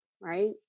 right